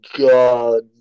god